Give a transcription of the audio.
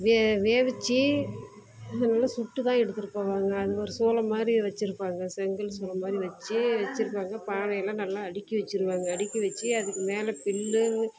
வேகவுச்சி அதை நல்லா சுட்டுதான் எடுத்துட்டுப் போவாங்க அதுக்கு ஒரு சூளை மாதிரி வச்சிருப்பாங்க செங்கல் சூளை மாதிரி வைச்சி வைச்சிருப்பாங்க பானையெல்லாம் நல்லா அடுக்கி வைச்சிடுவாங்க அடுக்கி வைச்சி அதுக்கு மேலே புல்லு